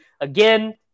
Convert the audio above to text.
Again